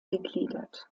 gegliedert